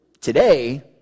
Today